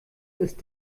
ist